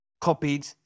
copied